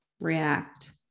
react